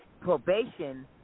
probation